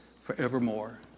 forevermore